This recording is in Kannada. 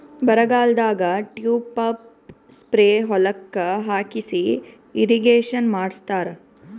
ಬರಗಾಲದಾಗ ಟ್ಯೂಬ್ ಪಂಪ್ ಸ್ಪ್ರೇ ಹೊಲಕ್ಕ್ ಹಾಕಿಸಿ ಇರ್ರೀಗೇಷನ್ ಮಾಡ್ಸತ್ತರ